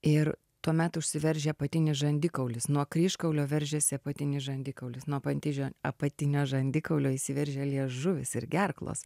ir tuomet užsiveržia apatinis žandikaulis nuo kryžkaulio veržiasi apatinis žandikaulis nuo pantižio apatinio žandikaulio įsiveržia liežuvis ir gerklos